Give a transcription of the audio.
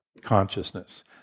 consciousness